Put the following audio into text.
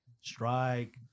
strike